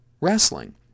wrestling